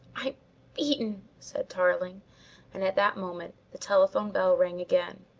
i'm beaten, said tarling and at that moment the telephone bell rang again.